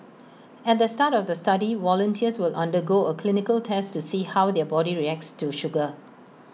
at the start of the study volunteers will undergo A clinical test to see how their body reacts to sugar